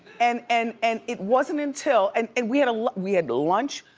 and and and it wasn't until, and and we had we had lunch,